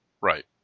Right